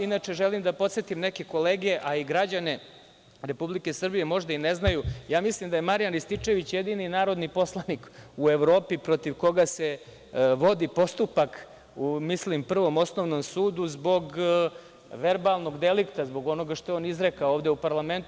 Inače, želim da podsetim neke kolege, a i građane Republike Srbije, možda i ne znaju, mislim da je Marijan Rističević jedini narodni poslanik u Evropi protiv koga se vodi postupak u, mislim, Prvom osnovnom sudu, zbog verbalnog delikta, zbog onoga što je on izrekao ovde u parlamentu.